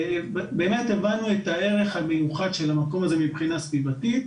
ובאמת הבנו את הערך המיוחד של המקום הזה מבחינה סביבתית,